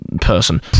person